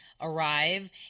arrive